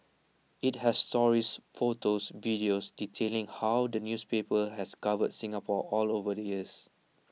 IT has stories photos and videos detailing how the newspaper has covered Singapore all over the years